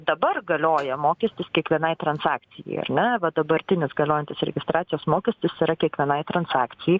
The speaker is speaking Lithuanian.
dabar galioja mokestis kiekvienai transakcijai ar ne va dabartinis galiojantis registracijos mokestis yra kiekvienai transakcijai